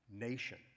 nation